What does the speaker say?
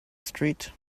street